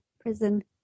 prison